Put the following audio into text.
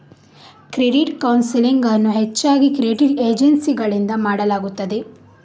credit counselling ಅನ್ನು ಹೆಚ್ಚಾಗಿ credit ಏಜೆನ್ಸಿಗಳಿಂದ ಮಾಡಲಾಗುತ್ತದೆ